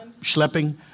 Schlepping